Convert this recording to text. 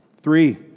Three